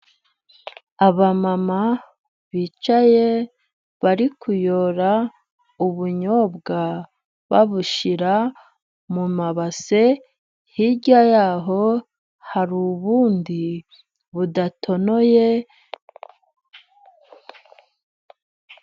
Abamama bicaye bari kuyora ubunyobwa babushyira mu mabase, hirya yaho hari ubundi budatonoye.